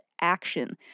action